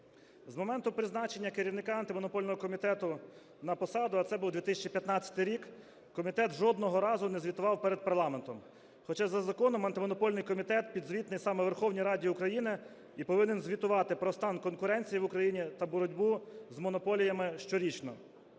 З моменту призначення керівника Антимонопольного комітету на посаду, а це був 2015 рік, комітет жодного разу не звітував перед парламентом. Хоча за законом Антимонопольний комітет підзвітний саме Верховній Раді України і повинен звітувати про стан конкуренції в Україні та боротьбу з монополіями щорічно.